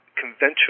conventional